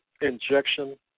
Injection